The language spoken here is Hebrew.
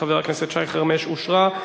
התשס"ט 2009,